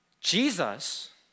Jesus